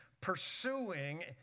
pursuing